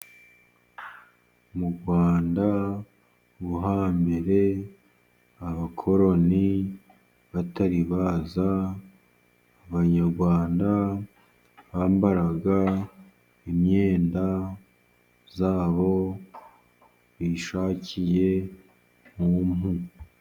Mu Rwanda rwo hambere abakoroni batari baza, abanyarwanda bambaraga imyenda zabo bishakiye mu mpu.